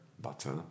Butter